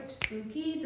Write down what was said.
spooky